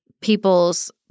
people's